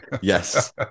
yes